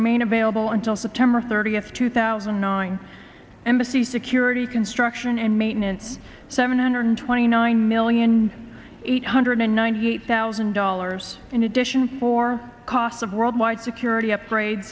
remain available until september thirtieth two thousand and nine and d c security construction and maintenance seven hundred twenty nine million eight hundred ninety eight thousand dollars in addition for cost of worldwide security upgrades